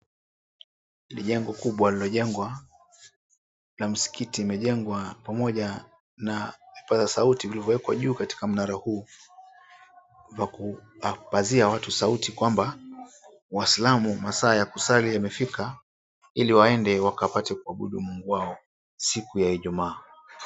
Ni jengo kubwa lililojengwa na msikiti imejengwa pamoja na vipaza sauti vilivyowekwa juu katika mnara huu wa kupazia watu sauti kwamba Waislamu masaa ya kusali yamefika ili waende wakapate kuabudu Mungu wao siku ya Ijumaa.